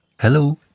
Hello